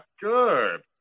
good